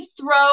throw